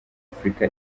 afurika